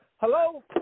Hello